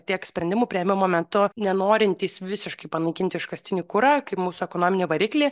tiek sprendimų priėmimo metu nenorintys visiškai panaikinti iškastinį kurą kaip mūsų ekonominį variklį